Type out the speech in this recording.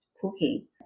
cooking